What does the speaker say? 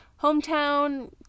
hometown